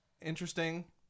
interesting